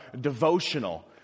devotional